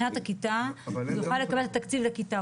אבל מבחינת הכיתה הוא יוכל לקבל תקציב לכיתה.